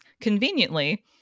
conveniently